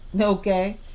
Okay